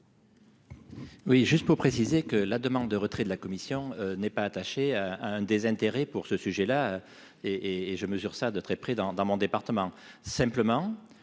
Oui, juste pour préciser que la demande de retrait de la commission n'est pas attaché à un désintérêt pour ce sujet-là et et je mesure ça de très près, dans, dans mon département,